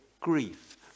grief